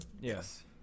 Yes